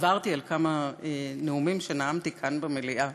כאמור, עברתי על כמה נאומים שנאמתי כאן במליאה